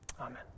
Amen